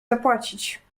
zapłacić